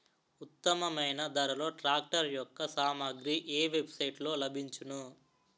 ఉత్తమమైన ధరలో ట్రాక్టర్ యెక్క సామాగ్రి ఏ వెబ్ సైట్ లో లభించును?